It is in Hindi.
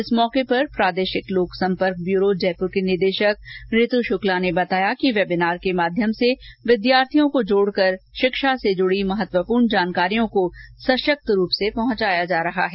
इस अवसर पर प्रादेशिक लोक संपर्क ब्यूरो जयपूर की निदेशक ऋतु शुक्ला ने बताया कि वेबिनार के माध्यम से विद्यार्थियों को जोड़कर शिक्षा से जुड़ी महत्वपूर्ण जानकारियों को संशक्तरूप से पहुंचा रहा है